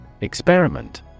Experiment